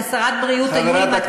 כשרת הבריאות היו לי 200 שובתים.